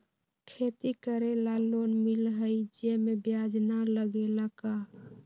खेती करे ला लोन मिलहई जे में ब्याज न लगेला का?